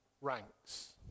ranks